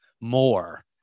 more